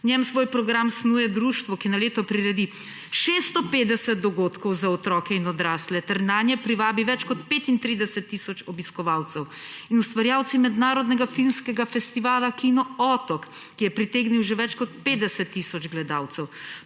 njem svoj program snuje društvo, ki na leto priredi 650 dogodkov za otroke in odrasle ter nanje privabi več kot 35 tisoč obiskovalcev, in ustvarjalci mednarodnega finskega festivala Kino otok, ki je pritegnil že več kot 50 tisoč gledalcev,